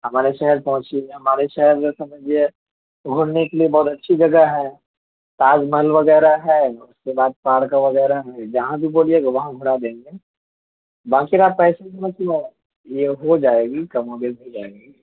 ہمارے شہر پہنچیے گا ہمارے شہر میں سمجھیے گھومنے کے لیے بہت اچھی جگہ ہے تاج محل وغیرہ ہے اس کے بعد پارک وغیرہ ہیں جہاں بھی بولیے گا وہاں گھرا دیں گے باقی آپ پیسے یہ ہو جائے گی کم و بیش ہو جائے گی